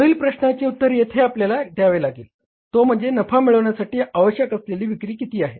पुढील प्रश्नाचे उत्तर येथे आपल्याला द्यावे लागेल तो म्हणजे नफा मिळवण्यासाठी आवश्यक असलेली विक्री किती आहे